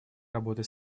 работы